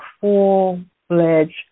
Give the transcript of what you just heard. full-fledged